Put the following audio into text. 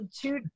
two